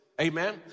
Amen